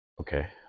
okay